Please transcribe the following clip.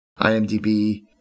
IMDB